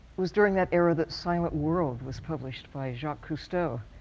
was during that era that silent world was published by jacques cousteau,